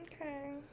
okay